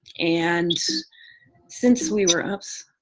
and since we were um so